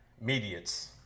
Mediates